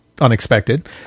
unexpected